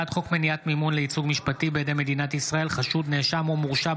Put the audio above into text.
הצעת סיעות המחנה הממלכתי,